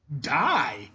die